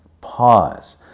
Pause